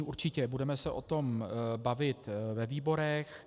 Určitě, budeme se o tom bavit ve výborech.